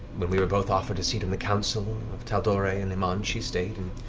when we were both offered a seat on the council of tal'dorei and emon she stayed, and